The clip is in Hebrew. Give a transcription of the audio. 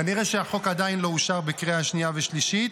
כנראה שהחוק עדיין לא אושר בקריאה שנייה ושלישית.